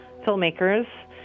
filmmakers